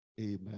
Amen